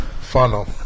Funnel